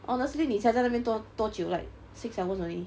honestly 你才在那边多多久 like six hours only